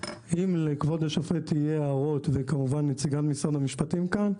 אם לכבוד השופט יהיו הערות וכמובן נציגה ממשרד המשפטים כאן,